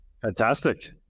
Fantastic